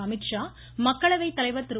அமீத்ஷா மக்களவைத் தலைவா் திரு